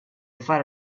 fare